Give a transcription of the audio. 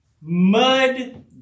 Mud